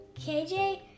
KJ